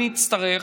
אם נצטרך,